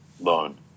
loan